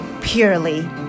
purely